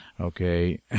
Okay